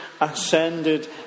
ascended